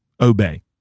obey